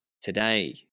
today